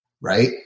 Right